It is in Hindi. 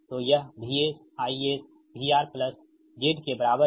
तो यह VS IS VR plus Z के बराबर है